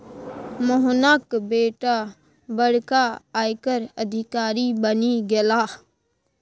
मोहनाक बेटा बड़का आयकर अधिकारी बनि गेलाह